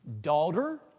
Daughter